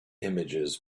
images